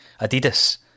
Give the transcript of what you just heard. Adidas